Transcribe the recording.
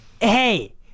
Hey